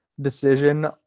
decision